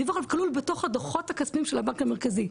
הדיווח כלול בתוך הדו"חות הכספיים של הבנק המרכזי,